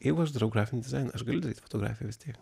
jeigu aš darau grafinį dizainą aš galiu daryt fotografiją vis tiek